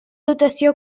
dotació